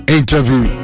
interview